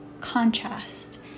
contrast